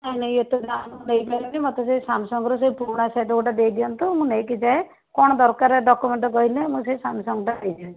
ନାଇଁ ନାଇଁ ଏତେ ଦାମ୍ ମୁଁ ଦେଇପାରିବିନି ମୋତେ ସେଇ ସାମ୍ସଙ୍ଗର ସେଇ ପୁରୁଣା ସେଟ୍ ଗୋଟେ ଦେଇ ଦିଅନ୍ତୁ ମୁଁ ନେଇକି ଯାଏ କ'ଣ ଦରକାର ଡକ୍ୟୁମେଣ୍ଟ୍ କହିଲେ ମୁଁ ସେଇ ସାମ୍ସଙ୍ଗଟା ନେଇଯିବି